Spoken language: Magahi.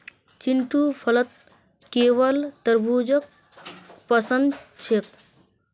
चिंटूक फलत केवल तरबू ज पसंद छेक